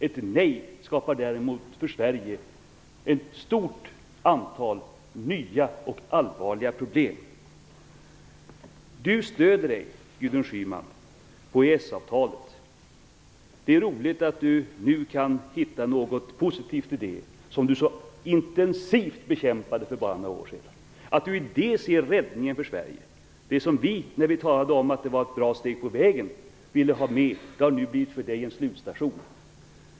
Ett nej skapar däremot ett stort antal nya och allvarliga problem för Sverige. Gudrun Schyman stöder sig på EES-avtalet. Det är roligt att hon nu kan hitta något positivt i det avtal som hon så intensivt bekämpade för bara några år sedan. I detta avtal ser hon räddningen för Sverige. Det som vi talade om som ett bra steg på vägen har för Gudrun Schyman nu blivit en slutstation.